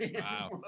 Wow